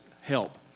help